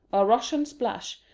a rush and splash,